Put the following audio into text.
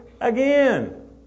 again